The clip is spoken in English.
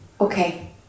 Okay